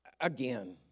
again